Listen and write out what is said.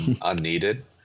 unneeded